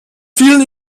vielen